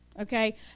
Okay